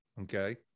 Okay